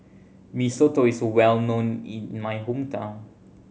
Mee Soto is well known in my hometown